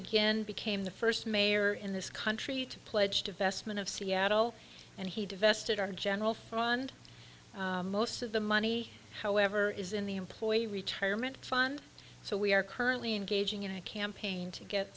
mcginn became the first mayor in this country to pledge divestment of seattle and he divest it our general fund most of the money however is in the employee retirement fund so we are currently engaging in a campaign to get